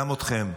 גם אתכם.